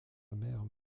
mère